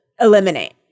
eliminate